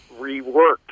reworked